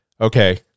okay